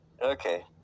Okay